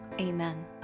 Amen